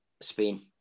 Spain